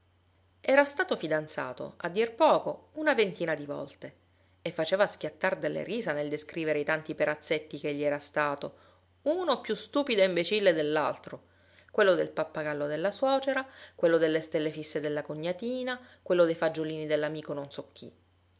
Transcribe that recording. era stato fidanzato a dir poco una ventina di volte e faceva schiattar dalle risa nel descrivere i tanti perazzetti ch'egli era stato uno più stupido e imbecille dell'altro quello del pappagallo della suocera quello delle stelle fisse della cognatina quello dei fagiolini dell'amico non so chi